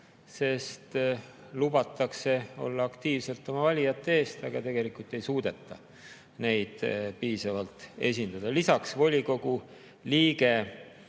sest lubatakse seista aktiivselt oma valijate eest, aga tegelikult ei suudeta neid piisavalt esindada. Lisaks, volikogu liige